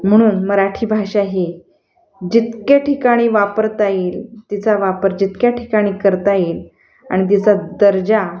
म्हणून मराठी भाषा ही जितक्या ठिकाणी वापरता येईल तिचा वापर जितक्या ठिकाणी करता येईल आणि तिचा दर्जा